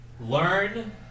Learn